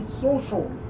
social